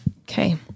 Okay